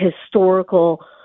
historical